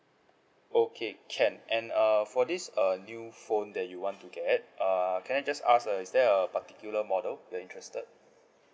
okay can and err for this uh new phone that you want to get err can I just ask uh is there a particular model you're interested